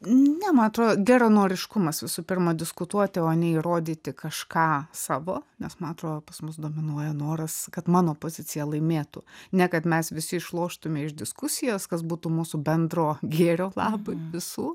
ne ma atro geranoriškumas visų pirma diskutuoti o ne įrodyti kažką savo nes ma atro o pas mus dominuoja noras kad mano pozicija laimėtų ne kad mes visi išloštume iš diskusijos kas būtų mūsų bendro gėrio labui visų